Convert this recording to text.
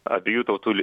abiejų tautų